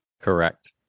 Correct